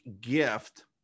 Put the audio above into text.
gift